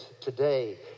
today